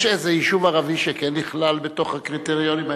יש איזה יישוב ערבי שכן נכלל בקריטריונים האלה?